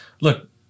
Look